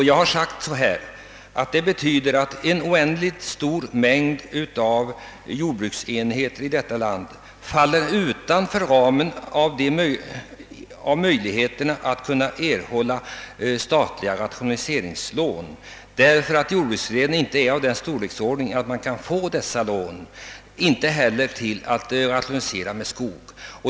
Jag har sagt att detta betyder att en oändligt stor mängd jordbruksenheter i detta land inte kan erhålla statliga rationaliseringslån, eftersom jordbruks delen inte är av den storleksordningen att sådana lån kan erhållas. Inte heller kan lån erhållas för att rationalisera med skog.